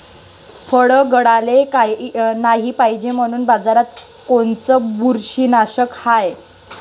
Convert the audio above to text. फळं गळाले नाही पायजे म्हनून बाजारात कोनचं बुरशीनाशक हाय?